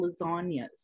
lasagnas